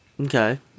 Okay